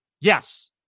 Yes